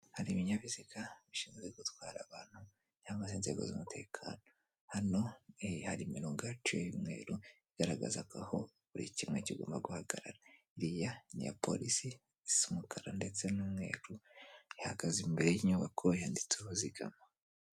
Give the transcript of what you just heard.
Hari ibinyabiziga bishinzwe gutwara abantu cyangwa inzego z'umutekano, hano hari imirongo ihaciye y'umweru igaragazaga aho buri kimwe kigomba guhagara, iriya niya polisi isa umukara ndetse n'umweru ihagaze imbere y'inyubako yanditseho zigama.